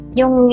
yung